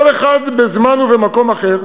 כל אחד בזמן ובמקום אחר,